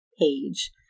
page